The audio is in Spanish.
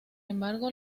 embargo